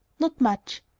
not much.